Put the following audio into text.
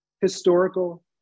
historical